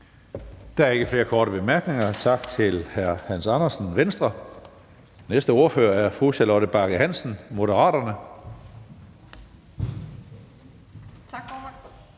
Der er ikke flere korte bemærkninger. Tak til hr. Hans Andersen, Venstre. Næste ordfører er fru Charlotte Bagge Hansen, Moderaterne. Kl.